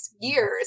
years